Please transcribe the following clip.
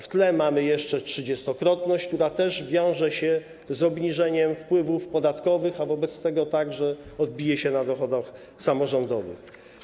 W tle mamy jeszcze 30-krotność, która też wiąże się z obniżeniem wpływów podatkowych, a wobec tego także odbije się na dochodach samorządowych.